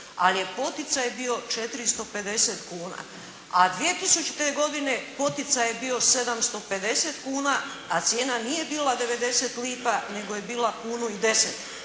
ali je poticaj bio 450 godina, a 2000. godine poticaj je bio 750 kuna a cijena nije bila 90 lipa nego je bila kunu i 10.